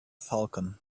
falcon